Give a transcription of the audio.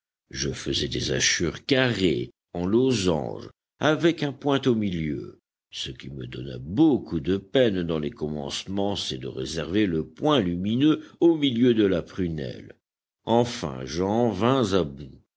je faisais des hachures carrées en losange avec un point au milieu ce qui me donna beaucoup de peine dans les commencements c'est de réserver le point lumineux au milieu de la prunelle enfin j'en vins à bout